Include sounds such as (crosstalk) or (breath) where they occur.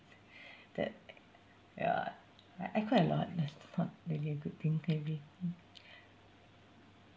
(breath) that ya I I cry a lot and that's not really a good thing maybe mm